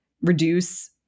reduce